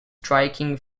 striking